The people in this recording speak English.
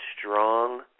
strong